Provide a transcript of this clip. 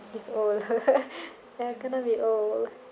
is old ya going to be old